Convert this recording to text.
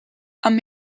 amb